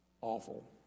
awful